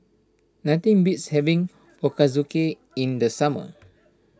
nothing beats having Ochazuke in the summer